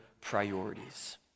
priorities